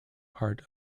part